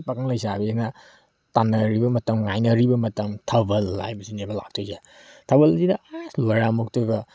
ꯄꯥꯈꯪ ꯂꯩꯁꯥꯕꯤꯅ ꯄꯥꯝꯅꯔꯤꯕ ꯃꯇꯝ ꯉꯥꯏꯅꯔꯤꯕ ꯃꯇꯝ ꯊꯥꯕꯜ ꯍꯥꯏꯕꯁꯤꯅꯦꯕ ꯂꯥꯛꯇꯣꯏꯁꯦ ꯊꯥꯕꯜꯁꯤꯗ ꯑꯁ ꯂꯣꯏꯔꯦ ꯑꯃꯨꯛꯇꯣꯏꯕ